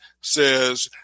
says